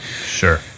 sure